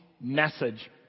message